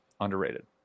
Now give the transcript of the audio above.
underrated